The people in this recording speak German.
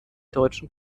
deutschen